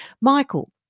Michael